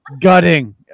gutting